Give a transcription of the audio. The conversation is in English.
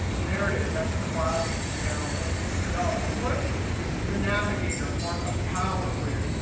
there it is. that's the file you can download. double click. this is the navigator part of power query.